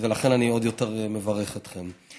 ולכן אני עוד יותר מברך אתכם.